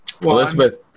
Elizabeth